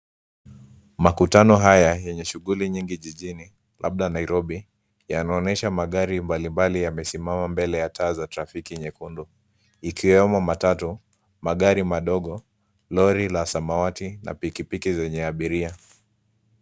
Makutano haya yenye shughuli nyingi jijini labda Nairobi; yanaonyesha magari mbalimbali yamesimama mbele ya taa za trafiki nyekundu ikiwemo matatu, magari madogo, lori la samawati na pikipiki zenye abiria.